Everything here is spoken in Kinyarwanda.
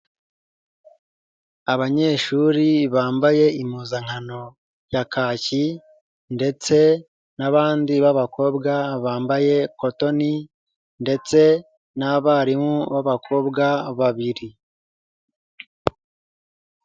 Abanyeshuri bambaye impuzankano ya kaki ndetse n'abandi b'akobwa bambaye kotoni ndetse n'abarimu b'abakobwa babiri.